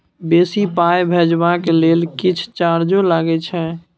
बेसी पाई भेजबाक लेल किछ चार्जो लागे छै?